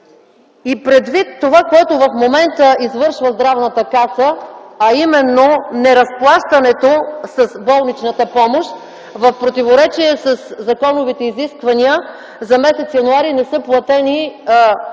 и предвид това, което в момента извършва Здравната каса, а именно неразплащането с болничната помощ в противоречие със законовите изисквания, за м. януари не са платени дължимите